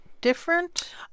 different